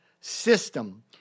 system